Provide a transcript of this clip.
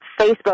Facebook